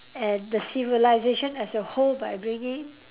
and the civilisation as a whole by bringing